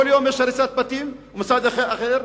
כל יום יש הריסת בתים ומוסדות אחרים.